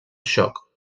xoc